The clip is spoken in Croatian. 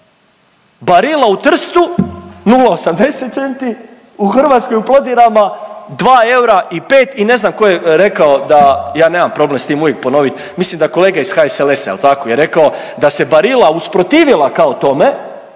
Barilla u Trstu 0,80 centi, u Hrvatskoj u Plodinama 2 eura i 5 i ne znam ko je rekao da, ja nemam problem s tim uvijek ponovit, mislim da kolega iz HSLS-a jel tako, je rekao da se Barilla usprotivila kao tome,